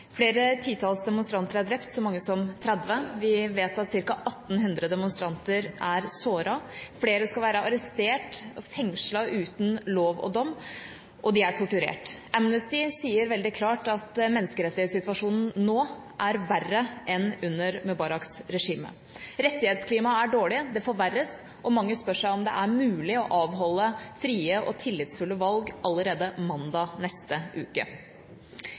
uten lov og dom, og de er torturert. Amnesty sier veldig klart at menneskerettighetssituasjonen er verre nå enn under Mubaraks regime. Rettighetsklimaet er dårlig, det forverres, og mange spør seg om det er mulig å avholde frie og tillitsfulle valg allerede mandag neste uke.